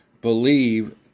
believe